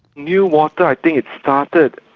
newater i think it started,